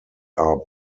are